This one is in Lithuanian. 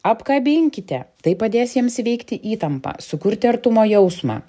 apkabinkite tai padės jiems įveikti įtampą sukurti artumo jausmą